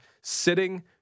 sitting